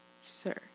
sir